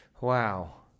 Wow